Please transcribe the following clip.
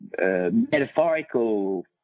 metaphorical